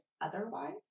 otherwise